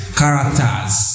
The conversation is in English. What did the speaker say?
characters